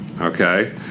okay